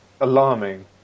alarming